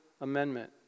Amendment